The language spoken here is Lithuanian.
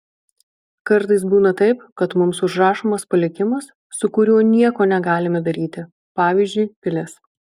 kartais būna taip kad mums užrašomas palikimas su kuriuo nieko negalime daryti pavyzdžiui pilis